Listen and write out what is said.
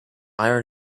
iron